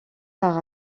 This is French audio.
par